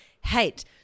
hate